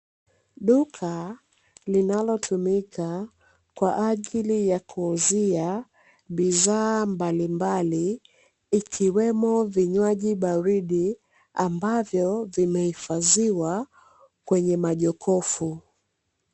Duka linalotumika kwa ajili ya kuuzia bidhaa mbalimbali, ikiwemo vinywaji baridi, ambavyo vimehifadhiwa kwenye majokofu.